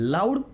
Loud